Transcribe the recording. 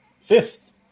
fifth